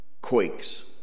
quakes